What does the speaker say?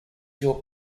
your